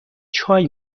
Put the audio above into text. چای